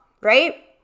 right